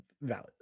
Valid